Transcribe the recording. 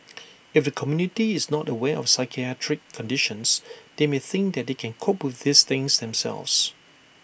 if the community is not aware of psychiatric conditions they may think that they can cope with these things themselves